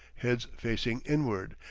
heads facing inward,